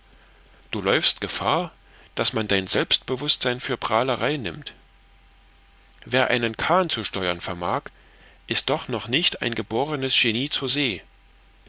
und läufst gefahr daß man dein selbstbewußtsein für prahlerei nimmt wer einen kahn zu steuern vermag ist doch noch nicht ein geborenes genie zur see